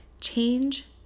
change